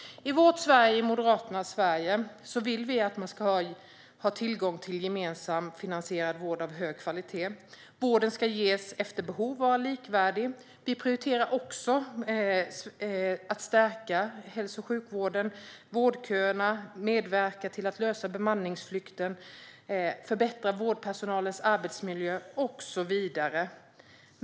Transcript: I Moderaternas Sverige ska man ha tillgång till gemensamt finansierad vård av hög kvalitet. Vården ska ges efter behov och vara likvärdig. Vi prioriterar också att stärka hälso och sjukvården, minska vårdköerna, lösa bemanningsflykten, förbättra vårdpersonalens arbetsmiljö och så vidare.